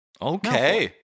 Okay